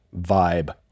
vibe